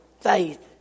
faith